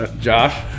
Josh